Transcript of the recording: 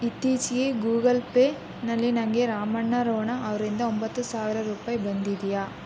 ಇತ್ತೀಚೆಗೆ ಗೂಗಲ್ ಪೇನಲ್ಲಿ ನನಗೆ ರಾಮಣ್ಣ ರೋಣ ಅವರಿಂದ ಒಂಬತ್ತು ಸಾವಿರ ರೂಪಾಯಿ ಬಂದಿದೆಯಾ